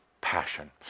passion